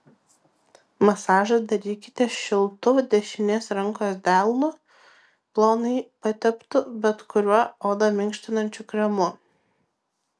masažą darykite šiltu dešinės rankos delnu plonai pateptu bet kuriuo odą minkštinančiu kremu